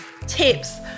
tips